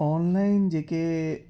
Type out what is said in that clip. online जेके